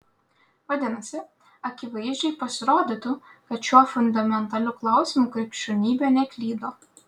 vadinasi akivaizdžiai pasirodytų kad šiuo fundamentaliu klausimu krikščionybė neklydo